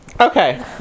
Okay